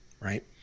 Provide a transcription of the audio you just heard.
Right